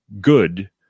good